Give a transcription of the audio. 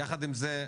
יחד עם זה,